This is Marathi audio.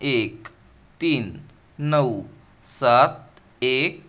एक तीन नऊ सात एक